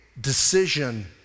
decision